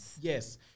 Yes